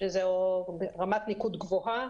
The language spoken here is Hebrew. שזאת רמת ניקוד גבוהה.